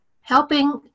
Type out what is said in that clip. helping